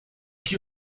que